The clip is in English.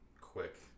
quick